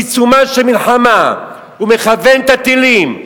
בעיצומה של מלחמה הוא מכוון את הטילים,